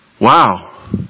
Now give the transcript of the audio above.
wow